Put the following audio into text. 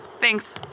Thanks